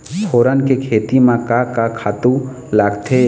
फोरन के खेती म का का खातू लागथे?